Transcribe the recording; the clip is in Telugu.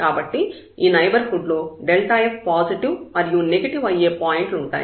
కాబట్టి ఈ నైబర్హుడ్ లో f పాజిటివ్ మరియు నెగటివ్ అయ్యే పాయింట్లు ఉంటాయి